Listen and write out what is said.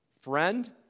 Friend